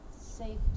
safety